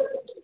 ओड़चै